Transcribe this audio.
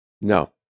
No